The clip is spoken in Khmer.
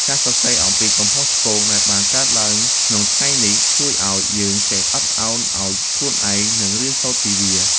ការសរសេរអំពីកំហុសឆ្គងដែលបានកើតឡើងក្នុងថ្ងៃនេះ ជួយឱ្យយើងចេះអត់ឱនឱ្យខ្លួនឯង និងរៀនសូត្រពីវា។